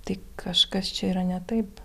tai kažkas čia yra ne taip